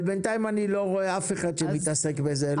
אבל בינתיים אני לא רואה אף אחד שמתעסק בזה,